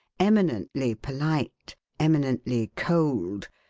eminently polite, eminently cold,